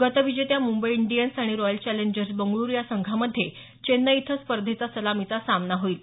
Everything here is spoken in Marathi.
गतविजेत्या मुंबई इंडियन्स आणि रॉयल चॅलेंजर्स बंगळ्रु या संघांमधे चेन्नई इथं स्पर्धेचा सलामीचा सामना होईल